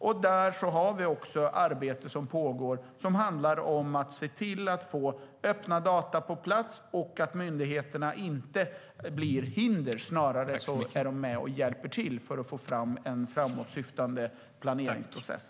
Det pågår ett arbete som handlar om att se till att få öppna data på plats och att myndigheterna inte är ett hinder utan snarare är med och hjälper till för att få fram en framåtsyftande planeringsprocess.